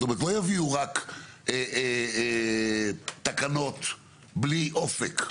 זאת אומרת, לא יביאו רק תקנות בלי אופק.